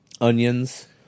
onions